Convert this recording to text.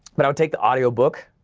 but i would take the audiobook,